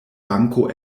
banko